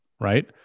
Right